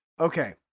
Okay